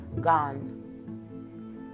gone